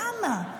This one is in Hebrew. למה?